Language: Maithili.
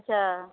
अच्छा